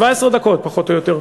17 דקות פחות או יותר.